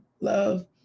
Love